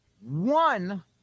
one